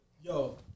Yo